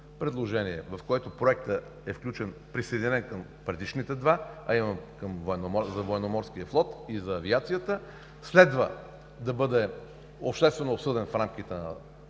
предложение, в което Проектът е присъединен към предишните два – за Военноморския флот и за Авиацията. Следва да бъде обществено обсъден в рамките на